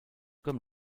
comme